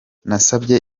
nasabye